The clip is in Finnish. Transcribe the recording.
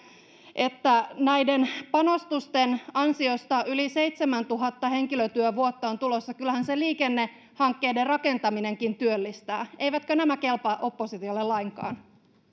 että näiden panostusten ansiosta yli seitsemäntuhatta henkilötyövuotta on tulossa kyllähän se liikennehankkeiden rakentaminenkin työllistää eivätkö nämä kelpaa oppositiolle lainkaan